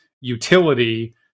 utility